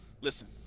listen